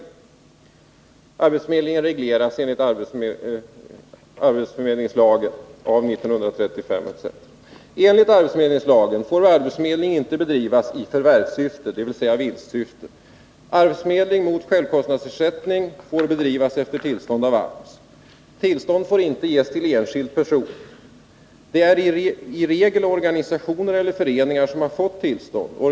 Enskild arbetsförmedling regleras i lagen med vissa bestämmelser om arbetsförmedling .” ”Enligt arbetsförmedlingslagen får arbetsförmedling inte bedrivas i förvärvssyfte . Arbetsförmedling mot självkostnadsersättning får bedrivas efter tillstånd av AMS . Tillstånd får inte ges till enskild person . Det är i regel organisationer eller föreningar som har fått tillstånd .